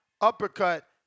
uppercut